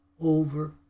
over